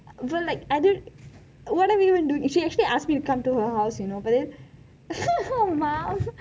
but like I don't what are we going to do she actually asked me to come to her house you know but then